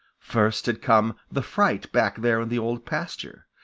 first had come the fright back there in the old pasture.